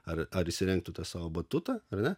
ar ar įsirengtų tą savo batutą ar ne